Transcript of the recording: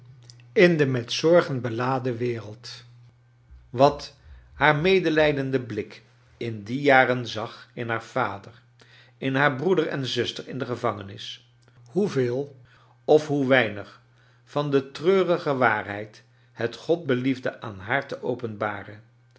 in de met zorgen beladen wereid wat haar medelijdende blik in die jaren zag in haar vader in haar broeder en zuster in de gevangenis hoeveel of hoe weinig van de treurige waarheid het god beliefde aan haar te openbaren